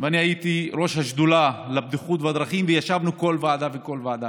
ואני הייתי ראש השדולה לבטיחות בדרכים וישבנו בכל ועדה.